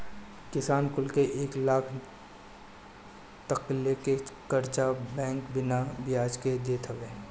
किसान कुल के एक लाख तकले के कर्चा बैंक बिना बियाज के देत हवे